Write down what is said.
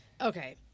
Okay